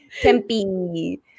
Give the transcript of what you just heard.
Tempe